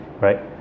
right